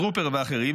טרופר ואחרים,